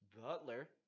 Butler